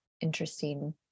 interesting